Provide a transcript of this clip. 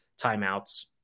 timeouts